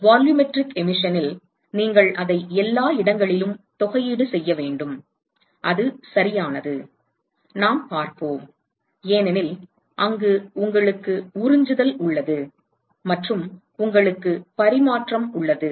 volumetric எமிஷனில் நீங்கள் அதை எல்லா இடங்களிலும் தொகையீடு செய்ய வேண்டும் அது சரியானது நாம் பார்ப்போம் ஏனெனில் அங்கு உங்களுக்கு உறிஞ்சுதல் உள்ளது மற்றும் உங்களுக்கு பரிமாற்றம் உள்ளது